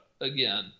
again